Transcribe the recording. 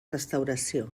restauració